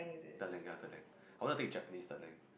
third lang ya third lang ya I want to take Japanese third lang